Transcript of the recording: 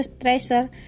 treasure